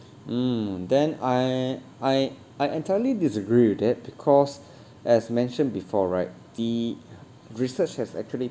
mm then I I I entirely disagree with that because as mentioned before right the research has actually